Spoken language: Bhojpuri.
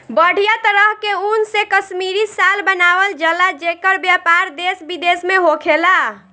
बढ़िया तरह के ऊन से कश्मीरी शाल बनावल जला जेकर व्यापार देश विदेश में होखेला